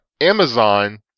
Amazon